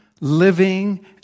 living